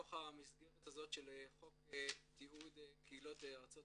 בתוך המסגרת הזאת של חוק תיעוד קהילות ארצות